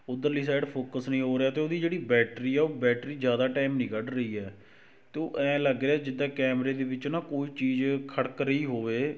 ਉੱਧਰਲੀ side focus ਨਹੀਂ ਹੋ ਰਿਹਾ ਅਤੇ ਉਹਦੀ ਜਿਹੜੀ ਬੈਟਰੀ ਹੈ ਉਹ ਬੈਟਰੀ ਜ਼ਿਆਦਾ ਟਾਈਮ ਨਹੀਂ ਕੱਢ ਰਹੀ ਹੈ ਅਤੇ ਉਹ ਐਂ ਲੱਗ ਰਿਹਾ ਜਿੱਦਾਂ ਕੈਮਰੇ ਦੇ ਵਿੱਚ ਨਾ ਕੋਈ ਚੀਜ਼ ਖੜਕ ਰਹੀ ਹੋਵੇ